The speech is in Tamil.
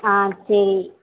ஆ சரி